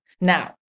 Now